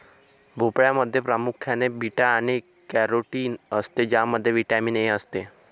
भोपळ्यामध्ये प्रामुख्याने बीटा आणि कॅरोटीन असते ज्यामध्ये व्हिटॅमिन ए असते